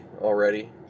already